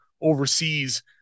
Overseas